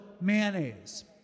mayonnaise